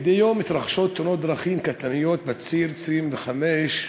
מדי יום מתרחשות תאונות דרכים קטלניות בציר 25,